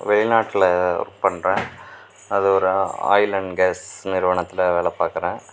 வெளிநாட்டில் ஒர்க் பண்ணுறேன் அது ஒரு ஆயில் அண்ட் கேஸ் நிறுவனத்தில் வேலை பாக்கிறேன்